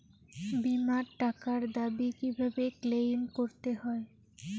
বিমার টাকার দাবি কিভাবে ক্লেইম করতে হয়?